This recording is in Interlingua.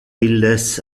illes